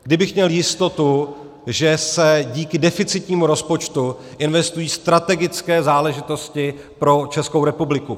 Kdybych měl jistotu, že se díky deficitnímu rozpočtu investují strategické záležitosti pro Českou republiku.